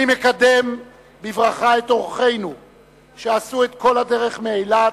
אני מקדם בברכה את אורחינו שעשו את כל הדרך מאילת,